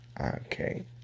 Okay